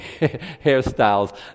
hairstyles